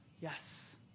yes